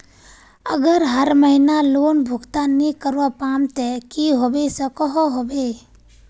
अगर हर महीना लोन भुगतान नी करवा पाम ते की होबे सकोहो होबे?